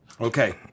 Okay